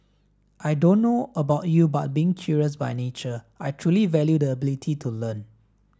I don't know about you but being curious by nature I truly value the ability to learn